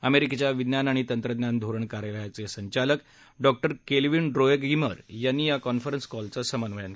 अमेरिकेच्या विज्ञान आणि तंत्रज्ञान धोरण कार्यालयाघे संचालक डॉक्टर केलविन ड्रोएगेमीअर या कॉन्फरन्स कॉलचे समन्वयक होते